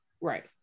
Right